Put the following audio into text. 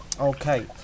Okay